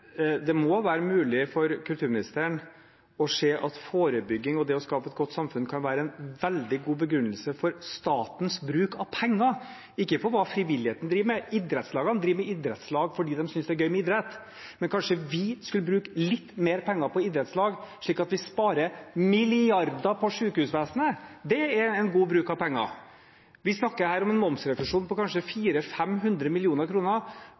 Det må være mulig for kulturministeren å se at forebygging og det å skape et godt samfunn kan være en veldig god begrunnelse for statens bruk av penger – ikke for hva frivilligheten driver med. Idrettslagene driver med idrettslag fordi de synes det er gøy med idrett. Men kanskje vi skulle bruke litt mer penger på idrettslag, slik at vi sparer milliarder på sykehusvesenet? Det er en god bruk av penger. Vi snakker her om en momsrefusjon på kanskje